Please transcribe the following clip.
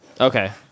Okay